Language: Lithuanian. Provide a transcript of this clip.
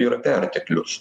yra perteklius